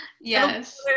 Yes